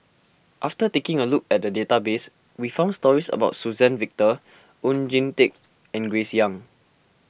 after taking a look at the database we found stories about Suzann Victor Oon Jin Teik and Grace Young